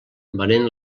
venent